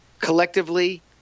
Collectively